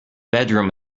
bedroom